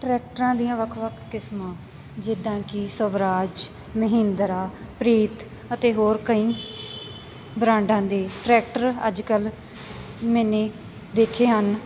ਟਰੈਕਟਰਾਂ ਦੀਆਂ ਵੱਖ ਵੱਖ ਕਿਸਮਾਂ ਜਿੱਦਾਂ ਕਿ ਸਵਰਾਜ ਮਹਿੰਦਰਾ ਪ੍ਰੀਤ ਅਤੇ ਹੋਰ ਕਈ ਬਰਾਂਡਾਂ ਦੇ ਟਰੈਕਟਰ ਅੱਜ ਕੱਲ੍ਹ ਮੈਨੇ ਦੇਖੇ ਹਨ